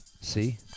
See